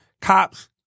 cops